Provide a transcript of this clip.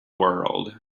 world